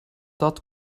dat